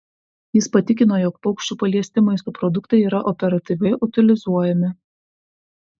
jis patikino jog paukščių paliesti maisto produktai yra operatyviai utilizuojami